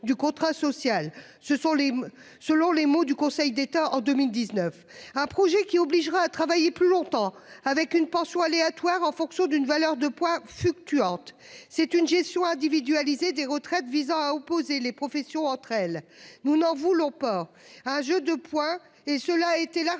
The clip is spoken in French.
du contrat social, ce sont les. Selon les mots du Conseil d'État en 2019, un projet qui obligera à travailler plus longtemps avec une pension aléatoire en fonction d'une valeur de points fluctuante. C'est une gestion individualisée des retraites visant à opposer les professions entre elles. Nous n'en voulons port un jeu de points et cela a été largement